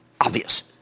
obvious